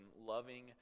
loving